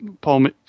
Paul